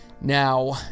Now